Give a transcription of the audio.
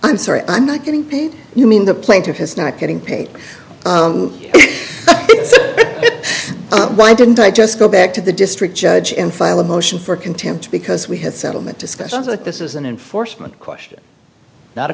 i'm sorry i'm not getting paid you mean the plaintiff is not getting paid why didn't i just go back to the district judge and file a motion for contempt because we had settlement discussions like this is an enforcement question not a